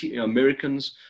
Americans